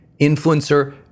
Influencer